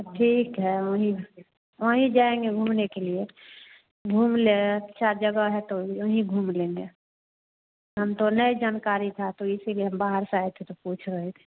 ठीक है वहीं वहीं जाएँगे घूमने के लिए घूम ले अच्छा जगह है तो वहीं घूम लेंगे हमको नै जानकारी था तो इसलिए हम बाहर से आए थे तो पूछ रहे थे